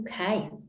Okay